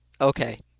Okay